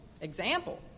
example